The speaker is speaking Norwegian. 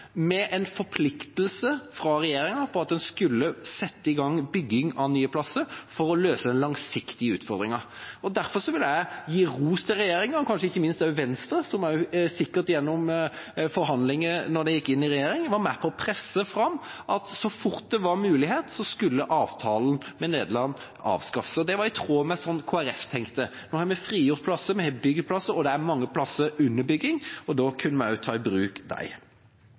med en forpliktelse fra regjeringa om at en skulle sette i gang bygging av nye plasser for å løse den langsiktige utfordringen. Derfor vil jeg gi ros til regjeringa, og ikke minst til Venstre, som sikkert gjennom forhandlinger da de gikk inn i regjering, var med på å presse fram at så fort det var mulig, skulle avtalen med Nederland avskaffes. Det var i tråd med hvordan Kristelig Folkeparti tenkte. Nå har vi frigjort plasser, vi har bygd plasser, og det er mange plasser under bygging, og da kan vi ta dem i bruk.